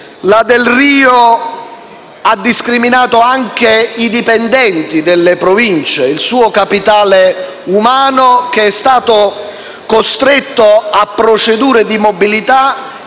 Delrio ha discriminato anche i dipendenti delle Province, ovvero il loro capitale umano, che è stato costretto a procedure di mobilità